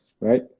right